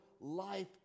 Life